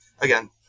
Again